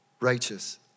righteous